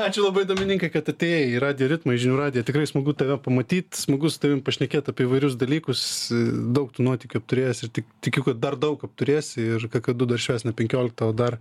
ačiū labai dominikai kad atėjai į radijo ritmą į žinių radiją tikrai smagu tave pamatyt smagu su tavim pašnekėt apie įvairius dalykus daug tu nuotykių apturėjęs ir tik tikiu kad dar daug apturėsi ir kakadu dar švęs ne penkioliktą o dar